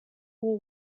war